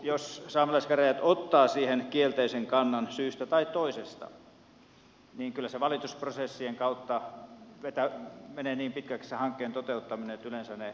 jos saamelaiskäräjät ottaa siihen kielteisen kannan syystä tai toisesta niin kyllä se hankkeen toteuttaminen valitusprosessien kautta menee niin pitkäksi että yleensä ne raukeavat